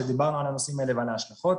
כשדיברנו על הנושאים האלה ועל ההשלכות.